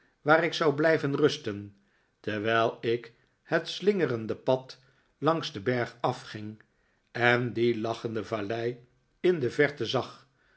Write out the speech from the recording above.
waar ik zou blijven rusten terwijl ik het slingerende pad langs den berg afging en die lachende vallei in de verte zag